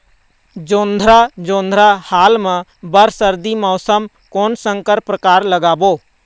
जोंधरा जोन्धरा हाल मा बर सर्दी मौसम कोन संकर परकार लगाबो?